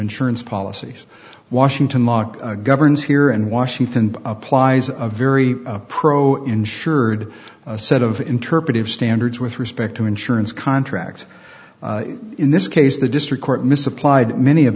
insurance policies washington lock governs here in washington applies a very pro insured set of interpretive standards with respect to insurance contract in this case the district court misapplied many of